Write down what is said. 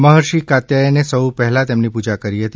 મહર્ષિ કાત્યાયને સૌથી પહેલા તેમની પુજા કરી હતી